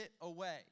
away